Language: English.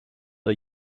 are